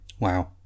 Wow